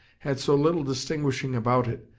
had so little distinguishing about it,